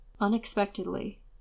unexpectedly